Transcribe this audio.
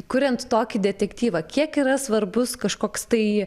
kuriant tokį detektyvą kiek yra svarbus kažkoks tai